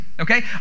Okay